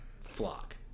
flock